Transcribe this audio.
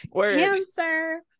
Cancer